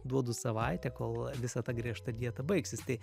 duodu savaitę kol visa ta griežta dieta baigsis tai